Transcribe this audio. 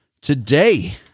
today